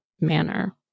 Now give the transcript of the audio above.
manner